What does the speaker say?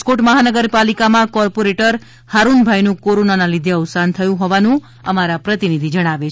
રાજકોટ મહાનગરપાલિકામાં કોર્પોરેટર હારુનભાઇનું કોરોનાને લીઘે અવસાન થયું હોવાનું અમારા પ્રતિનિધિ જણાવે છે